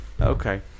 Okay